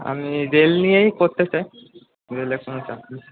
আমি রেল নিয়েই পড়তে চাই রেলের সঙ্গে চাকরি